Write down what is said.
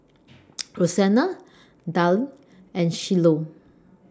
Rosena Daryle and Shiloh